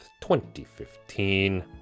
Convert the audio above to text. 2015